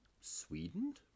sweden